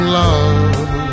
love